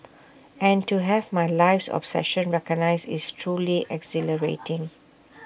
and to have my life's obsession recognised is truly exhilarating